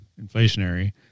inflationary